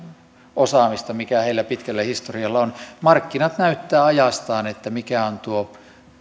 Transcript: osaamista mikä heillä pitkällä historialla on markkinat näyttävät ajastaan mikä on tuo